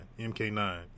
MK9